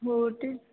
हो ते